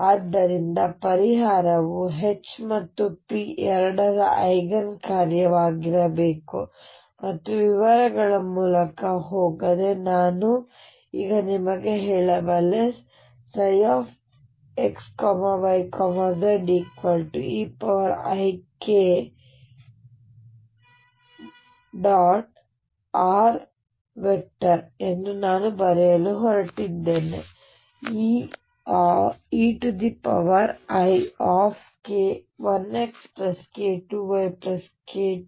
ಆದ್ದರಿಂದ ಪರಿಹಾರವು H ಮತ್ತು p ಎರಡರ ಐಗನ್ ಕಾರ್ಯವಾಗಿರಬೇಕು ಮತ್ತು ವಿವರಗಳ ಮೂಲಕ ಹೋಗದೆ ನಾನು ಈಗ ನಿಮಗೆ ಹೇಳಬಲ್ಲೆ xyzeikr ಎಂದು ನಾನು ಬರೆಯಲು ಹೊರಟಿದ್ದೇನೆ eik1xk2yk3z